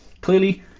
clearly